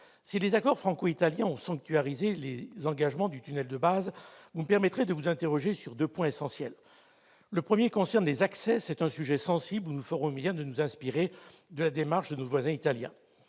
Si les accords franco-italiens ont sanctuarisé les engagements du tunnel de base, vous me permettrez de vous interroger sur deux points essentiels. Le premier concerne les accès, un sujet sensible sur lequel nous ferions bien de nous inspirer de la démarche de nos voisins italiens.